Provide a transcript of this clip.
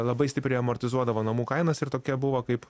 labai stipriai amortizuodavo namų kainos ir tokia buvo kaip